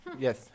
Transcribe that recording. Yes